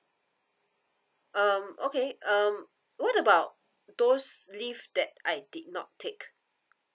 um okay um what about those leaves that I did not take